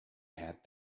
had